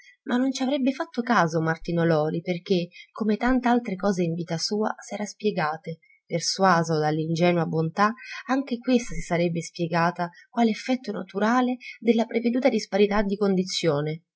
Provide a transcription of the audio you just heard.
ma non ci avrebbe fatto caso martino lori perché come tant'altre cose in vita sua s'era spiegate persuaso dall'ingenua bontà anche questa si sarebbe spiegata qual effetto naturale della preveduta disparità di condizione